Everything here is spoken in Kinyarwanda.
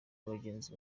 abagenzi